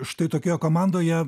štai tokioje komandoje